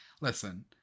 listen